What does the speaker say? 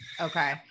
Okay